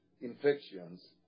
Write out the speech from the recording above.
infections